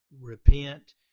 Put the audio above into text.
repent